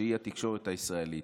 שהיא התקשורת הישראלית.